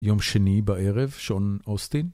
יום שני בערב, שעון אוסטין.